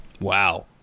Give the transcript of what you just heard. Wow